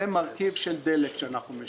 ומרכיב של דלק שאנחנו משלמים.